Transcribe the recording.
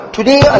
Today